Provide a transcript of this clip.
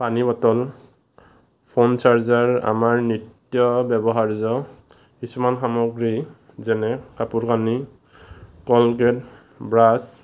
পানী bottle phone charger আমাৰ নিত্য ব্যৱহাৰৰ্য্য় কিছুমান সামগ্ৰী যেনে কাপোৰ কানি কলগেট ব্ৰাছ